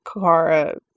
Kara